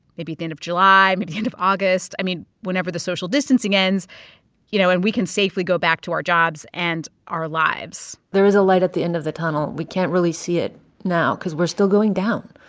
maybe at the end of july, maybe the end of august i mean, whenever the social distancing ends you know, and we can safely go back to our jobs and our lives there is a light at the end of the tunnel. we can't really see it now because we're still going down.